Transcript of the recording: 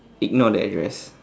ignore the address